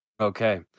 Okay